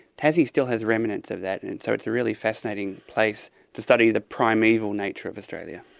tassie still has remnants of that and so it's a really fascinating place to study the primeval nature of australia.